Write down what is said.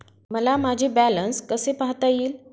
मला माझे बॅलन्स कसे पाहता येईल?